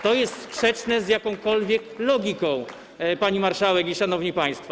To jest sprzeczne z jakąkolwiek logiką, pani marszałek i szanowni państwo.